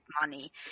money